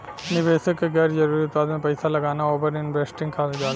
निवेशक क गैर जरुरी उत्पाद में पैसा लगाना ओवर इन्वेस्टिंग कहल जाला